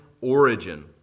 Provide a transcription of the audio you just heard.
origin